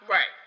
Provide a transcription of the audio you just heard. Right